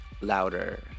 louder